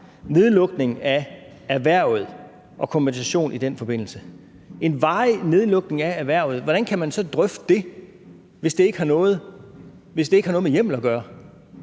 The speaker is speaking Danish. nedlukning af erhvervet og kompensation i den forbindelse. En varig nedlukning af erhvervet – hvordan kan man så drøfte det, hvis det ikke har noget med hjemmel at gøre?